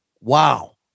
Wow